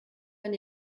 ein